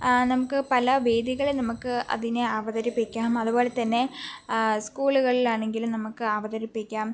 നമുക്ക് പല വേദികളിൽ നമുക്ക് അതിനെ അവതരിപ്പിക്കാം അതുപോലെതന്നെ സ്കൂളുകളിലാണെങ്കിലും നമുക്ക് അവതരിപ്പിക്കാം